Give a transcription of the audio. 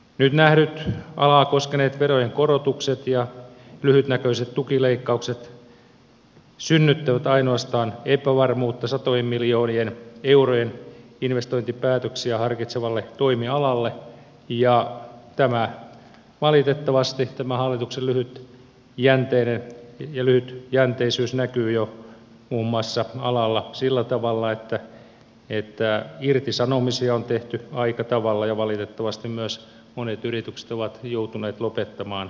nyt nähdyt alaa koskeneet verojen korotukset ja lyhytnäköiset tukileikkaukset synnyttävät ainoastaan epävarmuutta satojen miljoonien eurojen investointipäätöksiä harkitsevalle toimialalle ja valitettavasti tämä hallituksen lyhytjänteisyys näkyy jo alalla muun muassa sillä tavalla että irtisanomisia on tehty aika tavalla ja valitettavasti myös monet yritykset ovat joutuneet lopettamaan toimintansa